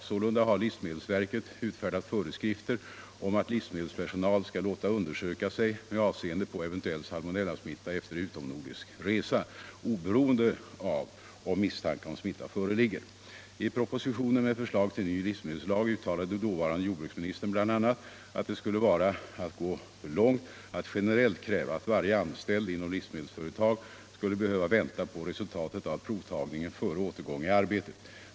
Sålunda har livsmedelsverket utfärdat föreskrifter om att livsmedelspersonal skall låta undersöka sig med avseende på eventuell salmonellasmitta efter utomnordisk resa, oberoende av om misstanke om smitta föreligger. I propositionen med förslag till ny livsmedelslag uttalade dåvarande jordbruksministern bl.a. att det skulle vara att gå för långt att generellt kräva att varje anställd inom livsmedelsföretag skulle behöva vänta på resultatet av provtagningen före återgång i arbetet.